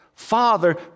Father